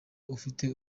ufite